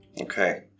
Okay